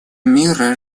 мира